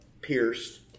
pierced